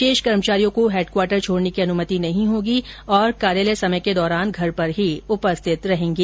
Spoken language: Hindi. शेष कर्मचारियों को हैडक्वाटर छोड़ने की अनुमति नहीं होगी तथा कार्यालय समय के दौरान घर पर ही उपरिथत रहेंगे